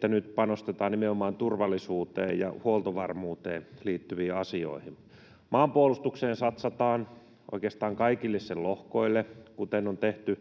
kun nyt panostetaan nimenomaan turvallisuuteen ja huoltovarmuuteen liittyviin asioihin. Maanpuolustukseen satsataan, oikeastaan kaikille sen lohkoille, kuten on tehty